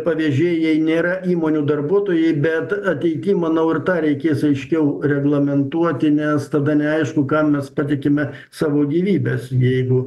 pavėžėjai nėra įmonių darbuotojai bet ateity manau ir tą reikės aiškiau reglamentuoti nes tada neaišku kam mes patikime savo gyvybes jeigu